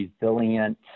resilient